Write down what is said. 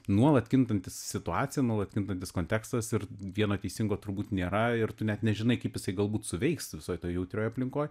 nuolat kintanti situacija nuolat kintantis kontekstas ir vieno teisingo turbūt nėra ir tu net nežinai kaip jisai galbūt suveiks visoj toj jautrioj aplinkoj